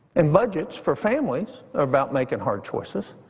and budgets for families are about making hard choices.